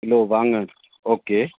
kilo वाङणु okay